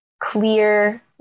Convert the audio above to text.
clear